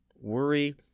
worry